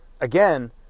again